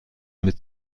mit